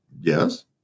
Yes